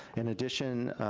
in addition,